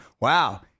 Wow